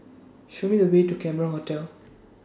Show Me The Way to Cameron Hotel